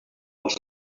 els